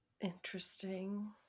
Interesting